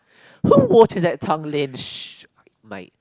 is that Tanglin sh~ mic